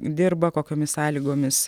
dirba kokiomis sąlygomis